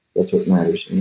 that's what matters